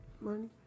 Money